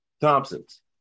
Thompson's